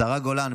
התשפ"ג 2023,